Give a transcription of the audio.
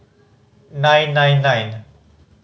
nine nine nine